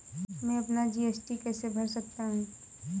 मैं अपना जी.एस.टी कैसे भर सकता हूँ?